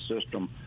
system